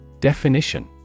Definition